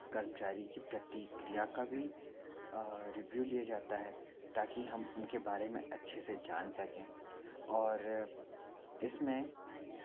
कर्मचारी की प्रतिक्रिया का भी रिव्यू लिया जाता है ताकि हम उनके बारे में अच्छे से जान सकें और इसमें